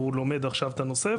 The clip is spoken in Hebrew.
הוא לומד עכשיו את הנושא,